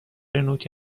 نوک